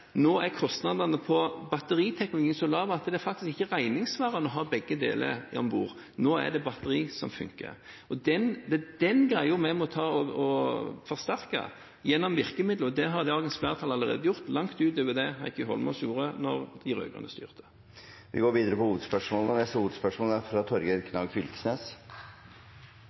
nå er kostnadene på batteriteknologien så lave at det ikke er regningssvarende å ha begge deler om bord. Nå er det batteri som funker. Og det er dette vi må forsterke gjennom virkemidler. Det har dagens flertall allerede gjort, langt utover det Heikki Holmås gjorde da de rød-grønne styrte. Vi går videre til neste hovedspørsmål. Vi er